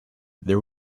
there